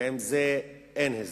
ועם זה אין הסדר.